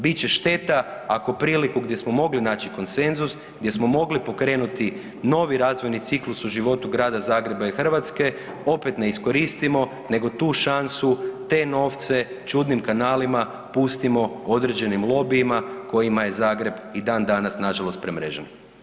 Bit će šteta ako priliku gdje smo mogli naći konsenzus, gdje smo mogli pokrenuti novi razvojni ciklus u životu Grada Zagreba i Hrvatske opet ne iskoristimo, nego tu šansu, te novce čudnim kanalima pustimo određenim lobijima kojima je Zagreb i dan danas nažalost premrežen.